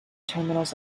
terminals